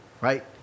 right